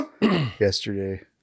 yesterday